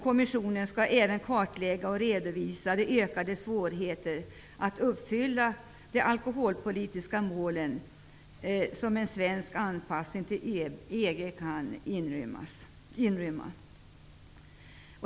Kommissionen skall även kartlägga och redovisa de ökade svårigheter att uppfylla de alkoholpolitiska målen som en svensk anpassning till EG kan inrymma.